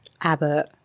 Abbott